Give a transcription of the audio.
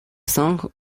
song